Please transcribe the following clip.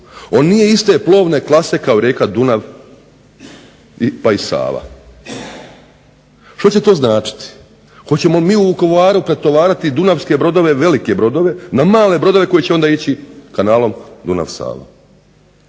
On nije iste plovne klase kao rijeka Dunav pa i Sava. Što će to značiti? Hoćemo li mi u Vukovaru pretovarati dunavske brodove, velike brodove, na male brodove koji će onda ići kanalom Dunav-Sava?